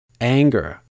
anger